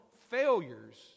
failures